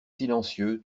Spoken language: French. silencieux